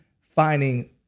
finding